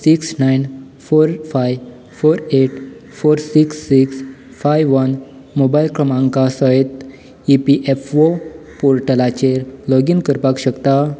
six nine four five four eight four six six five one mobile क्रमांका सयत EPFO पोर्टलाचेर login करपाक शकता